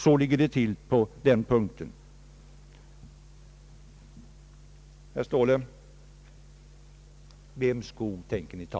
Så ligger det till på denna punkt. Herr Ståhle! Vems skog tänker ni ta?